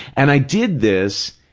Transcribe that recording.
and i did this,